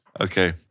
Okay